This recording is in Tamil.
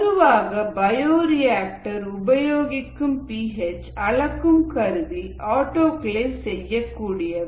பொதுவாக பயோரியாஆக்டரில் உபயோகிக்கும் பி ஹெச் அளக்கும் கருவி ஆட்டோகிளேவ் செய்யக்கூடியவை